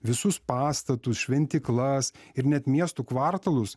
visus pastatus šventyklas ir net miestų kvartalus